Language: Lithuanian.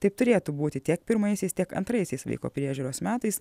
taip turėtų būti tiek pirmaisiais tiek antraisiais vaiko priežiūros metais